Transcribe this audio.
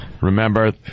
remember